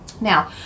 now